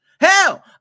Hell